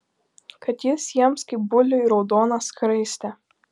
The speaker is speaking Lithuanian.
kad jis jiems kaip buliui raudona skraistė